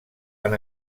han